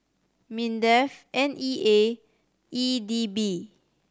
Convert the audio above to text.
MINDEF N E A E D B